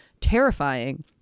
terrifying